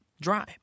dry